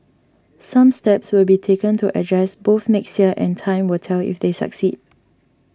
some steps will be taken to address both next year and time will tell if they succeed